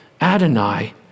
Adonai